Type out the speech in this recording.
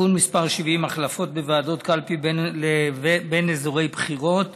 (תיקון מס' 70) (החלפות בוועדות קלפי בין אזורי בחירות),